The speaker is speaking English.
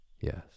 Yes